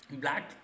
black